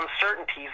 uncertainties